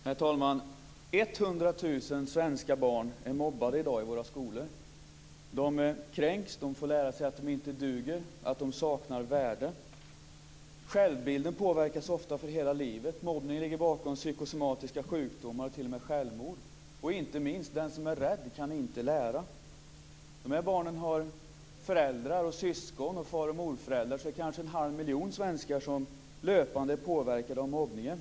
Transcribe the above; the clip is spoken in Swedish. Herr talman! 100 000 svenska barn är i dag mobbade i våra skolor. De kränks, de får lära sig att de inte duger, att de saknar värde. Deras självbild påverkas ofta för hela livet. Mobbningen ligger bakom psykosomatiska sjukdomar och t.o.m. självmord. Inte minst är det så att den som är rädd inte kan lära. De här barnen har föräldrar, syskon och far och morföräldrar. Kanske är en halv miljon svenskar löpande påverkade av mobbningen.